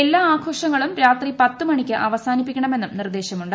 എല്ലാ ആഘോഷങ്ങളും രാത്രി പത്ത് മണിക്ക് അവസാനിപ്പിക്കണമെന്നും നിർദേശമുണ്ട്